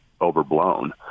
overblown